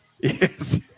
Yes